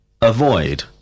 Avoid